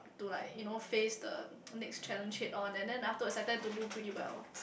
to like you know face the next challenge head on and then afterwards I tend to do pretty well